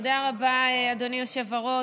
תודה רבה, אדוני יושב-ראש.